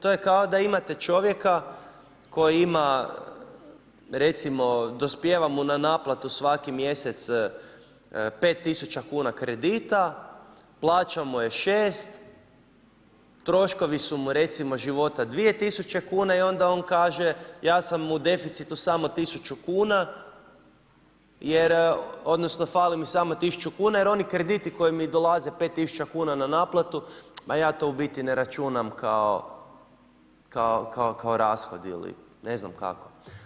To je kao da imate čovjeka koji ima recimo dospijeva mu na naplatu svaki mjesec 5000 kuna kredita, plaća mu je 6000, troškovi su mu recimo života 2000 kuna i onda on kaže ja sam u deficitu samo 1000 kuna jer odnosno, fali mi samo 1000 kn, jer oni krediti koji mi dolaze 5000 kn na naplatu, ma ja to u biti ne računam kao rashod ili ne znam kako.